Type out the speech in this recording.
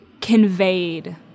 conveyed